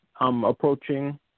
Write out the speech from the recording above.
approaching